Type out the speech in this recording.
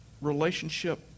relationship